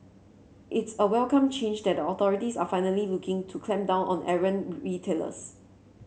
it's a welcome change that the authorities are finally looking to clamp down on errant retailers